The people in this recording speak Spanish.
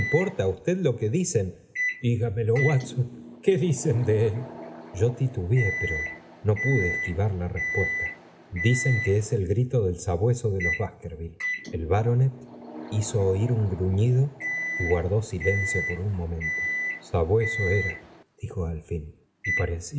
importa á usted lo que dicen dígamelo watson qué dicen de él yo titubeó pero no pude esquivar la respuesta dicen que es el grito del sabueso de los baskerville el baronet hizo oir un gr ufado y guardó silencio por un momento sabueso era dijo al fin y